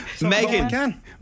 Megan